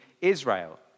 Israel